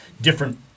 different